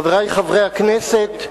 תודה, חברי חברי הכנסת,